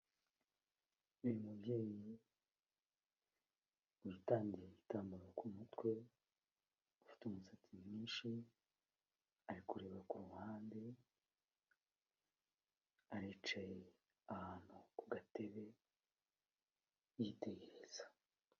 Uyu mubyeyi witandiye igitambaro ku kumutwe ufite umusatsi mwinshi ari kureba kuruhande aricaye ahantu ku gatebe yitegereza.